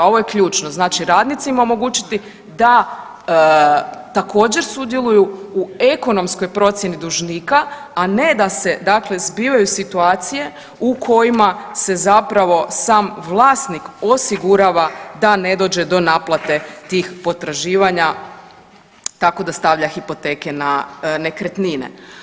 Ovo je ključno, znači radnicima omogućiti da također, sudjeluju u ekonomskoj procjeni dužnika, a ne da se dakle zbivaju situacije u kojima se zapravo sam vlasnik osigurava da ne dođe do naplate tih potraživanja tako da stavlja hipoteke na nekretnine.